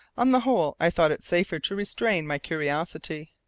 on the whole i thought it safer to restrain my curiosity.